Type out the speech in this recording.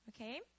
Okay